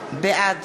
בעד